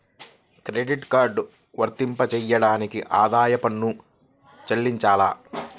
Credit card వర్తింపజేయడానికి ఆదాయపు పన్ను చెల్లించాలా?